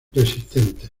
resistentes